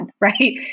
right